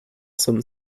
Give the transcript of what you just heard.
some